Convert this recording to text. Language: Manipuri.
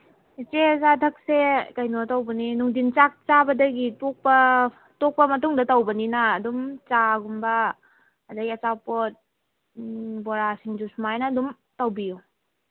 ꯏꯆꯦ ꯑꯆꯥ ꯑꯊꯛꯁꯦ ꯀꯩꯅꯣ ꯇꯧꯕꯅꯤ ꯅꯨꯡꯗꯤꯟ ꯆꯥꯛ ꯆꯥꯕꯗꯒꯤ ꯇꯣꯛꯄ ꯇꯣꯛꯄ ꯃꯇꯨꯡꯗ ꯇꯧꯕꯅꯤꯅ ꯑꯗꯨꯝ ꯆꯥꯒꯨꯝꯕ ꯑꯗꯩ ꯑꯆꯥꯄꯣꯠ ꯕꯣꯔꯥ ꯁꯤꯡꯖꯨ ꯁꯨꯃꯥꯏꯅ ꯑꯗꯨꯝ ꯇꯧꯕꯤꯌꯨ